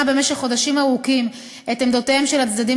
במשך חודשים ארוכים את עמדותיהם של הצדדים,